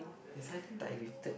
it's either diluted